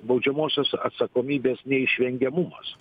baudžiamosios atsakomybės neišvengiamumas